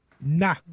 nah